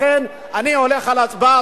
לכן אני הולך על הצבעה,